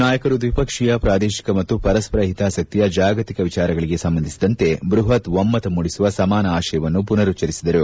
ನಾಯಕರು ದ್ವಿಪಕ್ಷೀಯ ಪ್ರಾದೇಶಿಕ ಮತ್ತು ಪರಸ್ಪರ ಓತಾಸಕ್ತಿಯ ಜಾಗತಿಕ ವಿಚಾರಗಳಿಗೆ ಸಂಬಂಧಿಸಿದಂತೆ ಬ್ಬಪತ್ ಒಮ್ಬತ ಮೂಡಿಸುವ ಸಮಾನ ಆಶಯವನ್ನು ಪುನರುಚ್ಚರಿಸಿದರು